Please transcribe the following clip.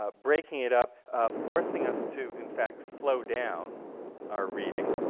ah breaking it up forcing us to, in fact, slow down our reading